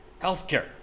healthcare